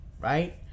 right